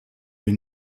wir